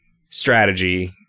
strategy